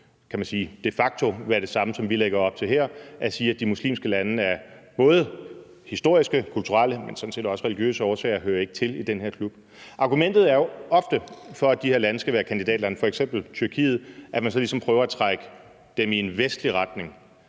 det vil jo de facto være det samme, som vi lægger op til her, nemlig at sige, at de muslimske lande både af historiske, kulturelle, men sådan set også religiøse årsager ikke hører til i den her klub. Argumentet er jo ofte, for at de her lande skal være kandidatlande, f.eks. Tyrkiet, at man så ligesom prøver at trække dem i en vestlig retning.